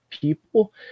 people